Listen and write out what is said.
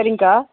சரிங்கக்கா